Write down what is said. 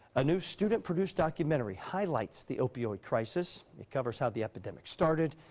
a new student produced documentary highlights the opiod crisis it covers how the epidemic started,